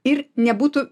ir nebūtų